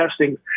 testing